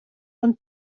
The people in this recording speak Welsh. ond